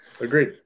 Agreed